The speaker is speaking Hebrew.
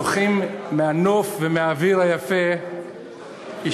זוכים לנוף היפה ולאוויר.